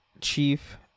chief